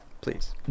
please